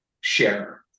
share